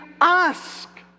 ask